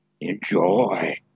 Enjoy